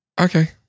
Okay